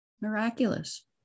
Miraculous